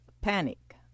panic